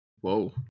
whoa